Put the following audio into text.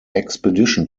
expedition